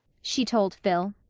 she told phil,